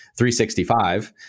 365